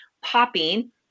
popping